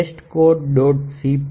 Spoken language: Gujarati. c પર